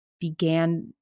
began –